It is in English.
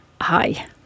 Hi